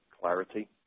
clarity